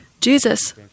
Jesus